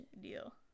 deal